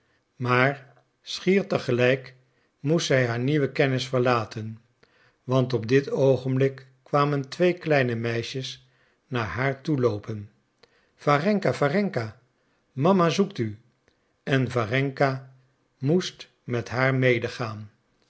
maar schier te gelijk moest zij haar nieuwe kennis verlaten want op dit oogenblik kwamen twee kleine meisjes naar haar toe loopen warenka warenka mama zoekt u en warenka moest met haar